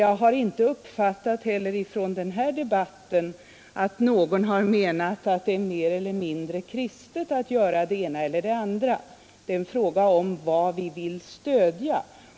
Jag har inte från denna debatt uppfattat att någon har menat att det är mer eller mindre kristet att göra det ena eller andra. Det är fråga om vad vi vill stödja.